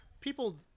people